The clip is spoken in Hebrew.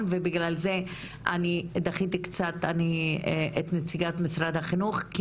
ובגלל זה אני דחיתי קצת נציגת משרד החינוך,